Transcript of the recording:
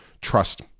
trust